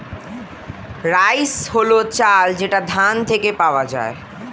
rice হল চাল যেটা ধান থেকে পাওয়া যায়